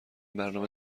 برنامه